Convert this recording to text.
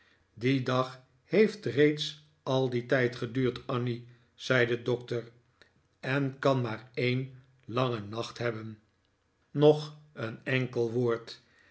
die dag heeft reeds al dien tijd geduurd annie zei de doctor en kan maar een langen nacht hebben nog een enkel woord